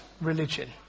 religion